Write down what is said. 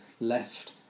left